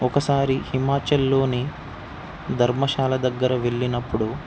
ఒకసారి హిమాచల్లోని ధర్మషాలా దగ్గర వెళ్ళినప్పుడు